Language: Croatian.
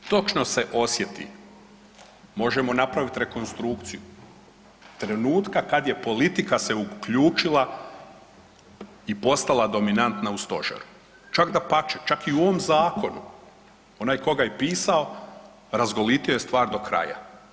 Međutim, točno se osjeti, možemo napraviti rekonstrukciju trenutka kad je politika se uključila i postala dominantna u stožeru, čak dapače čak i u ovom zakonu onaj tko ga je pisao razgolito je stvar do kraja.